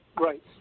Right